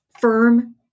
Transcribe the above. firm